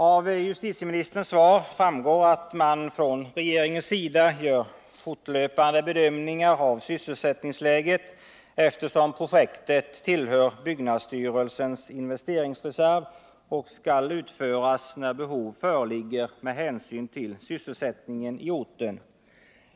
Av justitieministerns svar framgår att regeringen fortlöpande gör bedömningar av sysselsättningsläget, eftersom projektet tillhör byggnadsstyrelsens investeringsreserv och skall utföras när behov föreligger med hänsyn till sysselsättningen på orten.